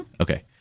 Okay